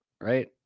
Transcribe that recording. right